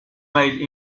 made